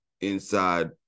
inside